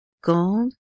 gold